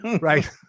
right